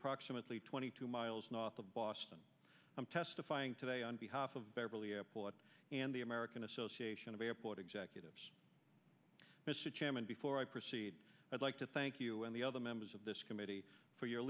approximately twenty two miles north of boston i'm testifying today on behalf of beverly airport and the american association of airport executives mr chairman before i proceed i'd like to thank you and the other members of this committee for your